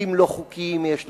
בתים לא חוקיים יש להרוס.